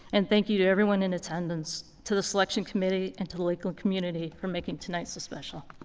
and thank you to everyone in attendance, to the selection committee, and to the lakeland community, for making tonight so special.